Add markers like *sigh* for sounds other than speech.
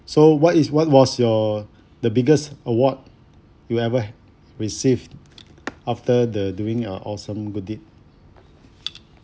so what is what was your *breath* the biggest award you ever received after the doing your awesome good deed